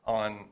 on